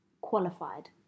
qualified